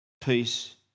peace